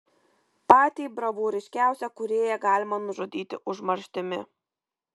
patį bravūriškiausią kūrėją galima nužudyti užmarštimi